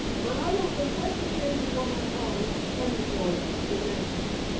but i will confess his name before my father and before his angels.